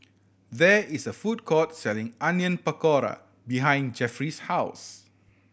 there is a food court selling Onion Pakora behind Geoffrey's house